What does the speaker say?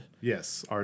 yes